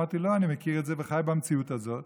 אמרתי: לא, אני מכיר את זה וחי במציאות הזאת.